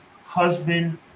husband